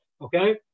okay